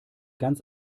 ganz